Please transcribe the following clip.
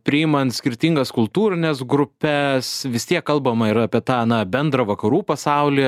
priimant skirtingas kultūrines grupes vis tiek kalbama ir apie tą na bendrą vakarų pasaulį